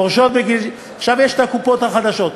תחזור על הנימוק.